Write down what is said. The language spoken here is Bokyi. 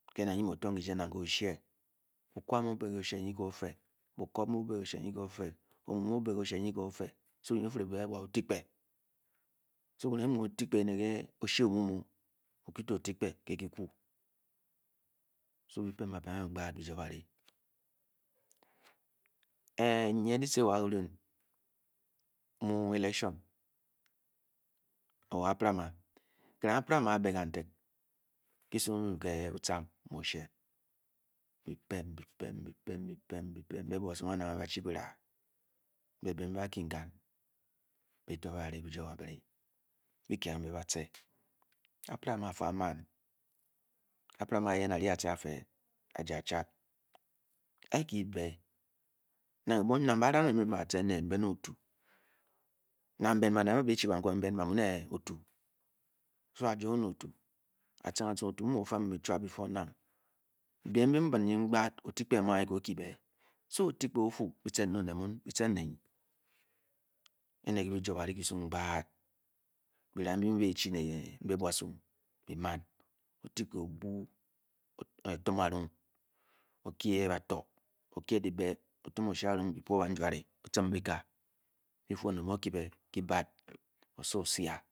Kena mu. u'o'tong kije ke' o-jshee o'kwo mu. obee o-shee nyi ke-ófe. omu-mu-o be-ke-o-shee nyi ke-ófe nyi ke-o'fere-be-o'tikpe. karan'g mu okikpe ke o-shee omu-mu-bi uyi tō otikpe ke-kyiku' byi pén-ba pem kahbe kpaät bi ja baryi a'wugunye dyici wa'kiriumn mu'election. kirang a'prama ábé kantak kiva'ng a'prama a'be'kantak kyisung ke bi ca aku ke'o-shee. byi-pem-byi pem mbe-bwasung banange ba'chi byira ne be-nube-baking kan bé to-be bi jou ba'ryi bi kye-kan-be-ba'se ápràma afu'a ma'n aprama a yen a'ryi a'ce a'feing ajé a'chat a'kibe nang barange mbe ne otu nang bên ba'net ba'mu'ba chi bankpunge. m'bea bá mu'ne'otu. so ajong mé otu a'ciring otu mu'muo. chwabamg be-before now biem nbi bin nyme kpat neē ka okibé. so al otikpe oju bicen we onet mun'bi-cen né kyi ne ke bi jou baryi kisung kpas bira nbi bi-chi ne'mbe-buasung bi man otikpe obu'u otim arung. okie bato. o'kie banjuare bi-tim biké bifu onet mu'okie osowo o'juaee a'a